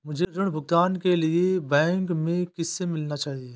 मुझे ऋण भुगतान के लिए बैंक में किससे मिलना चाहिए?